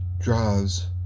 drives